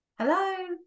hello